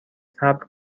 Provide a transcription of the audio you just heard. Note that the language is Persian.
صبر